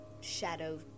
shadow